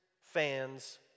fans